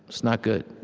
it's not good